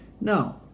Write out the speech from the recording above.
No